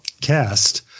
cast